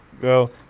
go